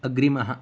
अग्रिमः